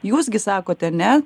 jūs gi sakote ne